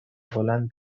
هلند